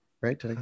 Right